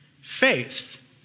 faith